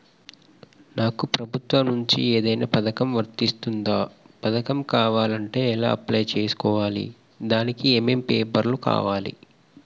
నాకు ప్రభుత్వం నుంచి ఏదైనా పథకం వర్తిస్తుందా? పథకం కావాలంటే ఎలా అప్లై చేసుకోవాలి? దానికి ఏమేం పేపర్లు కావాలి?